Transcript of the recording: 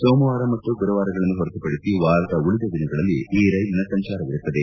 ಸೋಮವಾರ ಮತ್ತು ಗುರುವಾರಗಳನ್ನು ಹೊರತುಪಡಿಸಿ ವಾರದ ಉಳಿದ ದಿನಗಳಲ್ಲಿ ಈ ರೈಲಿನ ಸಂಚಾರವಿರುತ್ತದೆ